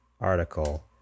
article